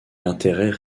l’intérêt